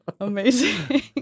Amazing